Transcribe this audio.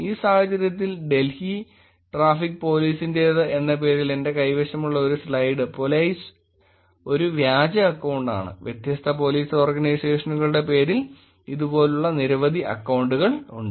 ഈ സാഹചര്യത്തിൽ ഡൽഹി ട്രാഫിക് പോലീസിന്റേത് എന്ന പേരിൽ എന്റെ കൈവശമുള്ള slide p o l i z e ഒരു വ്യാജ അക്കൌണ്ടാണ് വ്യത്യസ്ത പോലീസ് ഓർഗനൈസേഷനുകളുടെ പേരിൽ ഇതുപോലുള്ള നിരവധി അക്കൌണ്ടുകൾ ഉണ്ട്